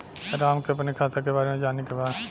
राम के अपने खाता के बारे मे जाने के बा?